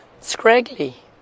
scraggly